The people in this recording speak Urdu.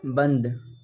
بند